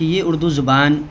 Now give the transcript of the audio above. کہ یہ اردو زبان